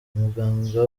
umuganga